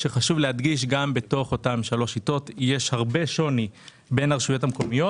כאשר גם בתוך אותן שלוש שיטות יש הרבה שוני בין הרשויות המקומיות.